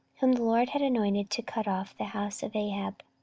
whom the lord had anointed to cut off the house of ahab.